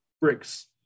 bricks